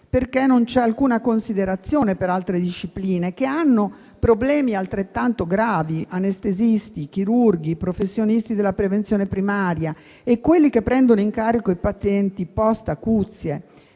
Non c'è alcuna considerazione per altre discipline che hanno problemi altrettanto gravi: anestesisti, chirurghi, professionisti della prevenzione primaria e coloro che prendono in carico i pazienti *post* acuzie.